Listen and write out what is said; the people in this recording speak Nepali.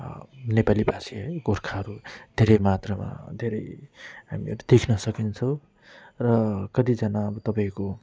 नेपालीभाषी है गोर्खाहरू धेरै मात्रामा धेरै हामीहरू देख्नसक्छौँ र कतिजना अब तपाईँको